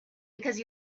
because